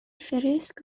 فِرِسک